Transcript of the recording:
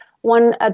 One